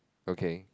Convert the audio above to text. okay